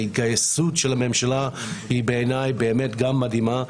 ההתגייסות של הממשלה היא בעיניי מדהימה.